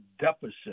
deficit